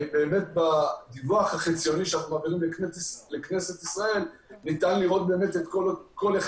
ובדיווח החציוני שאנחנו מעבירים לכנסת ניתן לראות את כל אחד